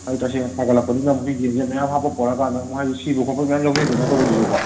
ꯇꯁꯦꯡꯅ ꯁꯥꯒꯠꯂꯛꯄꯅꯤꯅ ꯑꯃꯨꯛ ꯑꯩꯈꯣꯏ ꯌꯦꯟꯁꯦ ꯃꯌꯥꯝ ꯍꯥꯞꯄ ꯄꯣꯔꯛꯑꯀꯥꯟꯗ ꯑꯃꯨꯛ ꯍꯥꯏꯗꯤ ꯁꯤꯕ ꯈꯣꯠꯄ ꯃꯌꯥꯝ ꯌꯥꯎꯖꯩꯀꯣ ꯑꯗꯨꯃꯥꯏꯅ ꯇꯧꯕꯗꯨꯁꯨꯀꯣ